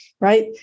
right